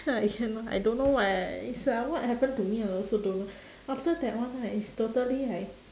ha I cannot I don't know why it's like what happen to me I also don't know after that one right is totally like